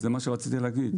זה מה שרציתי להגיד,